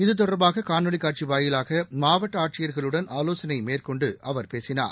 இதுதொடர்பாக காணொலி காட்சி வாயிலாக மாவட்ட ஆட்சியர்களுடன் ஆலோசனை மேற்கொண்டு அவர் பேசினார்